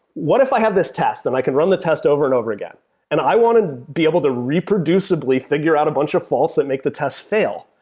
what if i have this test and i can run the test over and over again and i want to be able to reproducibly figure out a bunch of faults that make the tests fail?